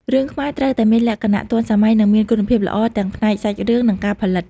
រឿងខ្មែរត្រូវតែមានលក្ខណៈទាន់សម័យនិងមានគុណភាពល្អទាំងផ្នែកសាច់រឿងនិងការផលិត។